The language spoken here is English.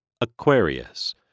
Aquarius